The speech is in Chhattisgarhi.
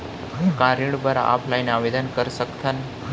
का ऋण बर ऑफलाइन आवेदन कर सकथन?